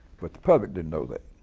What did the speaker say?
but the public didn't know that.